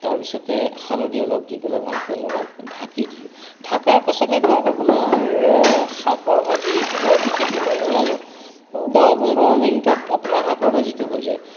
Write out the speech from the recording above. তাৰপিছতে হালধি অলপ দি পেলাই ভালকৈ লৰাই ঢাকি দিলোঁ ঢাকাৰ পাছতে ধৰক আপোনাৰ শাকৰ ভাজি বৰ বিশেষ সময় নালাগে দহ পোন্ধৰ মিনিটত আপোনাৰ শাকৰ ভাজিটো হৈ যায়